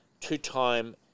two-time